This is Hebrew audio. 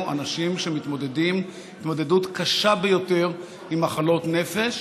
אנשים שמתמודדים התמודדות קשה ביותר עם מחלות נפש,